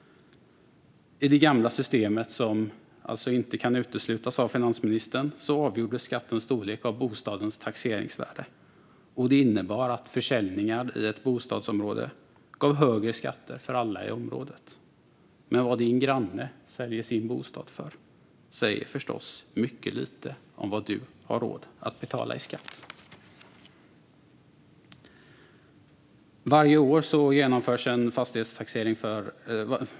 I det gamla systemet, som finansministern alltså inte kan utesluta, avgjordes skattens storlek av bostadens taxeringsvärde. Det innebar att försäljningar i ett bostadsområde gav högre skatter för alla i området. Men vad din granne säljer sin bostad för säger förstås mycket lite om vad du har råd att betala i skatt.